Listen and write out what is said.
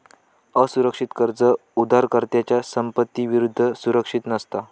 असुरक्षित कर्ज उधारकर्त्याच्या संपत्ती विरुद्ध सुरक्षित नसता